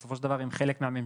כי בסופו של דבר הם חלק מהממשלה,